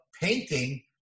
painting